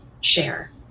share